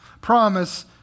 promise